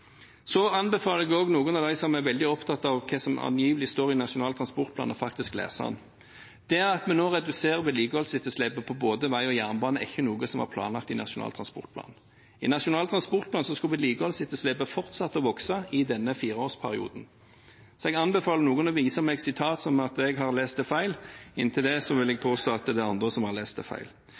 Så anbefaler jeg også noen av dem som er veldig opptatt av hva som angivelig står i Nasjonal transportplan, faktisk å lese den. Det at vi nå reduserer vedlikeholdsetterslepet på både vei og jernbane, er ikke noe som var planlagt i Nasjonal transportplan. I Nasjonal transportplan skulle vedlikeholdsetterslepet fortsette å vokse i denne fireårsperioden. Jeg anbefaler noen å vise meg sitat som at jeg har lest det feil. Inntil det vil jeg påstå at det er andre som har lest det feil.